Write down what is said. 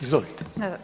Izvolite.